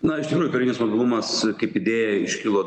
na iš tikrųjų karinis mobilumas kaip idėja iškilo